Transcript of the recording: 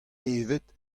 evet